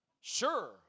sure